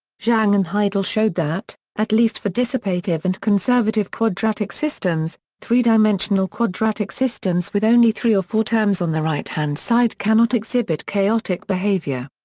zhang and heidel showed that, at least for dissipative and conservative quadratic systems, three-dimensional quadratic systems with only three or four terms on the right-hand side cannot exhibit chaotic behavior.